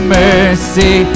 mercy